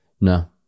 no